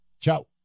Ciao